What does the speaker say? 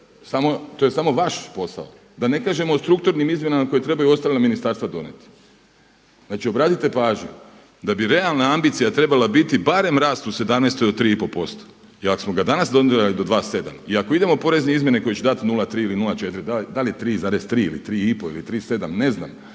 To je samo vaš posao, da ne kažem o strukturnim izmjenama koja trebaju ostala ministarstva donijeti. Znači obratite pažnju da bi realna ambicija trebala biti barem rast u sedamnaestoj od 3 i pol posto. Jer ako smo ga danas dotjerali do 2,7 i ako idemo u porezne izmjene koje će dati 0,3 ili 0,4 da li je 3,3 ili 3 i pol ili 3,7 ne znam